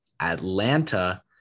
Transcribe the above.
Atlanta